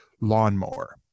lawnmower